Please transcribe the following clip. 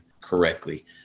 correctly